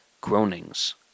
groanings